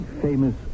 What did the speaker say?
Famous